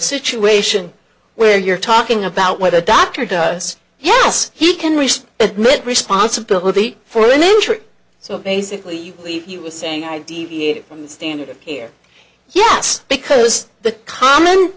situation where you're talking about what a doctor does yes he can receive admit responsibility for an injury so basically you believe he was saying i deviated from the standard of care yes because the common